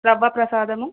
రవ్వ ప్రసాదము